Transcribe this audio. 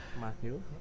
Matthew